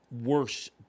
worse